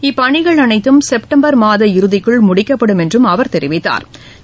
இப்பணிகள் அனைத்தும் செப்டம்பா்மாத இறுதிக்குள் முடிக்கப்படும் என்றும் அவா் தெரிவித்தாா்